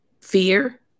fear